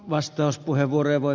vastauspuheenvuoroja voi